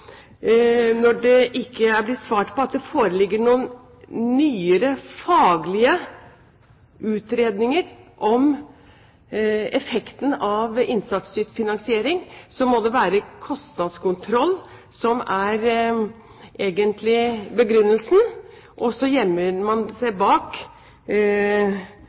Når det ikke er blitt svart på om det foreligger noen nyere faglige utredninger om effekten av innsatsstyrt finansiering, kan ikke vi forstå det annerledes enn, som også representanten Høie var inne på, at det må være kostnadskontroll som egentlig er begrunnelsen,